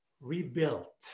rebuilt